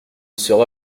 sera